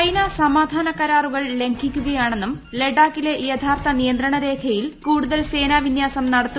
China സമാധാന കരാറുകൾ ലംഘിക്കുകയാണെന്നും ലഡാക്കിലെ യഥാർത്ഥ നിയന്ത്രണ രേഖയിൽ കൂടുതൽ സേനാ വിന്യാസം നടത്തുകയാണെന്നും ഇന്ത്യ